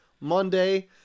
Monday